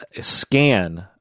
scan